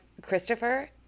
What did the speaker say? Christopher